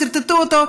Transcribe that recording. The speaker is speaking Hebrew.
סרטטו אותו,